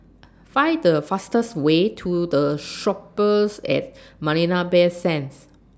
Find The fastest Way to The Shoppes At Marina Bay Sands